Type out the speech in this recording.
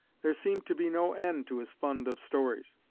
there seemed to be no end to his fund of stories.